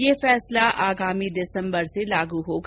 ये फैसला आगामी दिसंबर से लागू होगा